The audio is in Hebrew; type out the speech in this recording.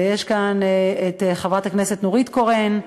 וישנה כאן חברת הכנסת נורית קורן,